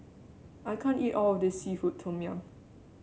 I can't eat all of this seafood Tom Yum